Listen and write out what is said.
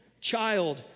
child